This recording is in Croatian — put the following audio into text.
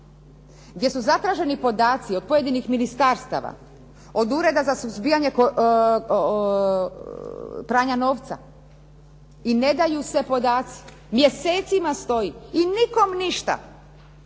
gdje su zatraženi podaci od pojedinih ministarstava, od Ureda za suzbijanje pranja novca i ne daju se podaci, mjesecima stoji i nikome ništa.